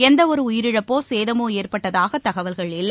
எந்தவொருஉயிரிழப்போ சேதமோஏற்பட்டதாகதகவல்கள் இல்லை